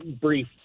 brief